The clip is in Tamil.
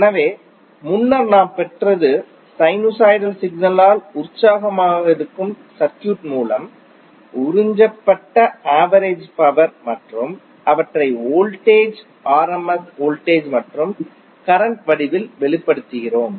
எனவே முன்னர் நாம் பெற்றது சைனுசாய்டல் சிக்னலால் உற்சாகமாக இருக்கும் சர்க்யூட் மூலம் உறிஞ்சப்பட்ட ஆவரேஜ் பவர் மற்றும் அவற்றை வோல்டேஜ் ஆர்எம்எஸ் வோல்டேஜ் மற்றும் கரண்ட் வடிவில் வெளிப்படுத்துகிறோம்